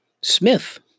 Smith